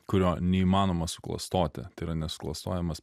kurio neįmanoma suklastoti tai yra nesuklastojamas